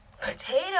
Potato